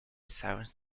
sirens